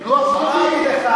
לוח זמנים,